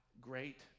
great